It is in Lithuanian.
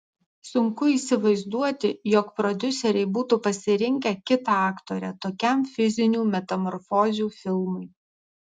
sunku įsivaizduoti jog prodiuseriai būtų pasirinkę kitą aktorę tokiam fizinių metamorfozių filmui